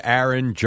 Aaron